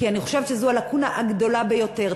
כי אני חושבת שזו הלקונה הגדולה ביותר.